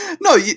No